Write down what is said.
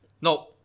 No